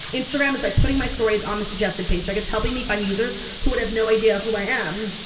instagram is like putting my stories on the suggested page. like it's helping me find users who would have no idea who i am.